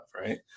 right